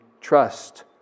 trust